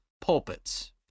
pulpits